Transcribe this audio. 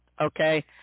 Okay